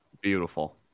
Beautiful